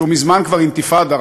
שהוא מזמן כבר אינתיפאדה,